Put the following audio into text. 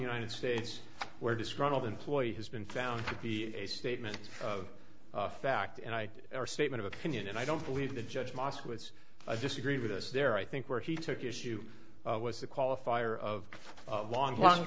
united states where disgruntled employee has been found to be a statement of fact and i are statement of opinion and i don't believe the judge moskowitz i disagree with us there i think where he took issue was the qualifier of a long long